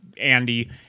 Andy